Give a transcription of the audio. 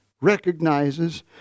recognizes